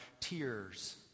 tears